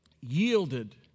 yielded